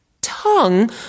Tongue